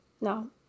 no